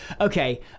okay